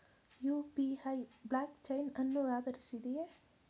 UPI blockchain ಅನ್ನು ಆಧರಿಸಿದೆಯೇ?